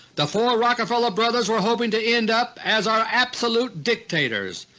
the four rockefeller brothers were hoping to end up as our absolute dictators,